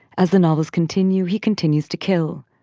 as the novels continue, he continues to kill.